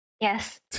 yes